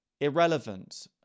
irrelevant